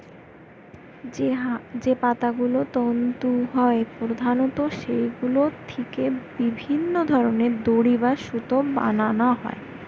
যে পাতাগুলো তন্তু হয় প্রধানত সেগুলো থিকে বিভিন্ন ধরনের দড়ি বা সুতো বানানা হয়